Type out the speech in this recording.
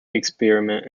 experiment